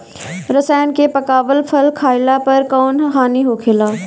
रसायन से पकावल फल खइला पर कौन हानि होखेला?